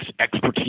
expertise